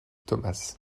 thomas